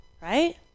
Right